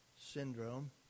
syndrome